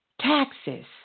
Taxes